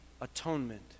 atonement